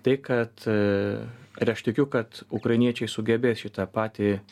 tai kad ir aš tikiu kad ukrainiečiai sugebės šitą patį